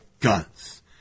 guns